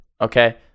okay